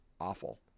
awful